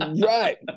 Right